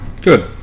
good